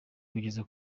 kugeza